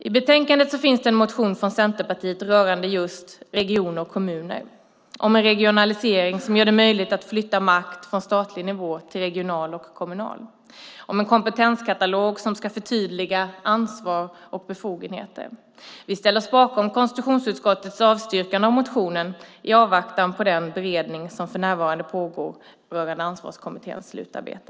I betänkandet finns det en motion från Centerpartiet rörande just regioner och kommuner - en motion om en regionalisering som gör det möjligt att flytta makt från statlig nivå till regional och kommunal nivå samt om en kompetenskatalog som ska förtydliga ansvar och befogenheter. Vi ställer oss bakom konstitutionsutskottets avstyrkande av motionen, i avvaktan på den beredning som för närvarande pågår rörande Ansvarskommitténs slutarbete.